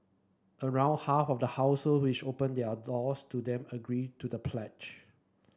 around half of the household which opened their doors to them agreed to the pledge